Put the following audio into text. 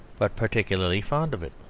but particularly fond of it.